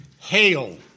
Hail